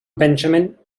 benjamin